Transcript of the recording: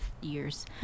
years